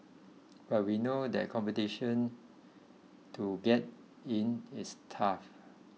but we know that competition to get in is tough